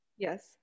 Yes